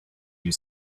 you